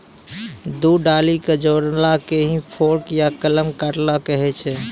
दू डाली कॅ जोड़ना कॅ ही फोर्क या कलम काटना कहै छ